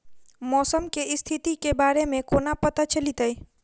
मौसम केँ स्थिति केँ बारे मे कोना पत्ता चलितै?